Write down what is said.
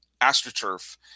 AstroTurf